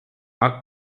are